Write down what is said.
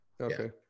Okay